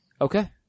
okay